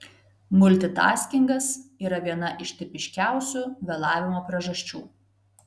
multitaskingas yra viena iš tipiškiausių vėlavimo priežasčių